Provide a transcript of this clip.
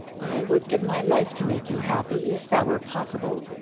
i would give my life to make you happy, if that were possible.